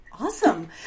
Awesome